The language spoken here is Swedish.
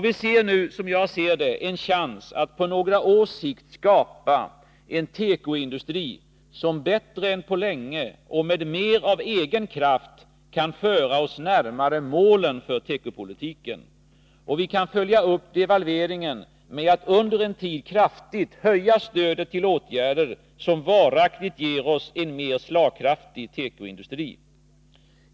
Vi ser nu en chans att på några års sikt skapa en tekoindustri som bättre än på länge och med mer av egen kraft kan föra oss närmare målen för tekopolitiken. Vi kan följa upp devalveringen med att under en tid kraftigt höja stödet till åtgärder, som varaktigt ger oss en mer slagkraftig tekoindustri.